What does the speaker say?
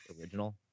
original